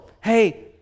hey